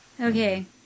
Okay